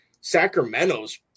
Sacramento's